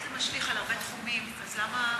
אם זה משליך על הרבה תחומים, למה אדוני,